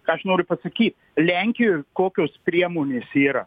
ką aš noriu pasakyt lenkijoj kokios priemonės yra